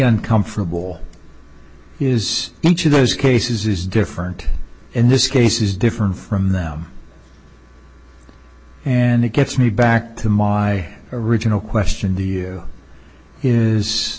uncomfortable is each of those cases is different in this case is different from them and it gets me back to my original question do you is